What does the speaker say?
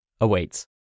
awaits